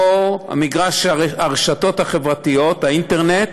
הרשתות החברתיות, האינטרנט,